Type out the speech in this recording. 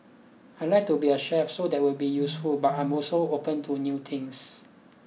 I'd like to be a chef so that will be useful but I'm also open to new things